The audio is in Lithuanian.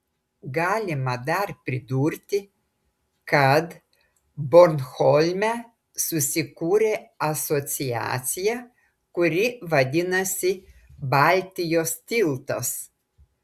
galima dar pridurti kad bornholme susikūrė asociacija kuri vadinasi baltijos tiltas